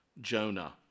Jonah